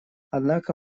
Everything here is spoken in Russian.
однако